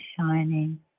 shining